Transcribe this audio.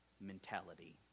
mentality